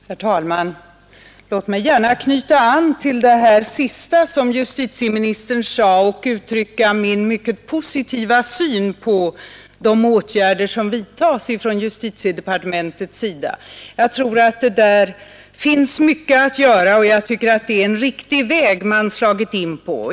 Herr talman! Jag vill gärna knyta an till det sista som justitieministern nu sade och uttrycka min mycket positiva syn på de åtgärder som vidtas från justitiedepartementets sida. Jag tror att det därvidlag finns mycket att göra, och jag tycker det är en riktig väg man slagit in på.